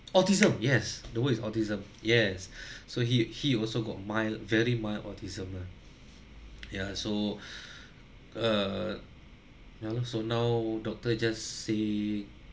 autism yes the is autism yes so he he also got mild very mild autism ya so uh now look so now doctor just say